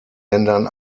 ländern